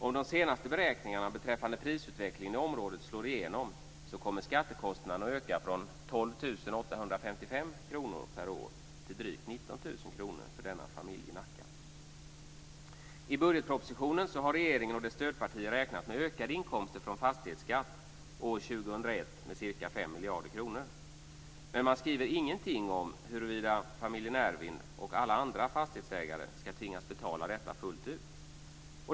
Om de senaste beräkningarna beträffande prisutvecklingen i området slår igenom så kommer skattekostnaden att öka från 12 855 kr per år till drygt 19 000 kr för denna familj. I budgetpropositionen har regeringen och dess stödpartier räknat med ökade inkomster från fastighetsskatt år 2001 med ca 5 miljarder kronor, men man skriver inget om huruvida familjen Ervid eller andra fastighetsägare ska tvingas att betala detta fullt ut.